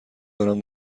دارم